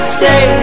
say